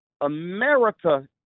America